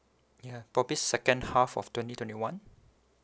ya probably second half of twenty twenty one